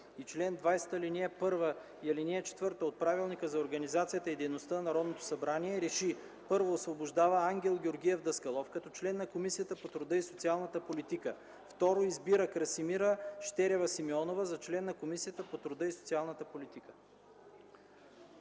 и чл. 20, ал. 1 и ал. 4 от Правилника за организацията и дейността на Народното събрание РЕШИ: 1. Освобождава Ангел Георгиев Даскалов, като член на Комисията по труда и социалната политика. 2. Избира Красимира Щерева Симеонова за член на Комисията по труда и социалната политика.”